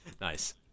Nice